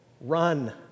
Run